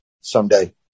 someday